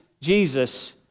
Jesus